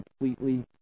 completely